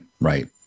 Right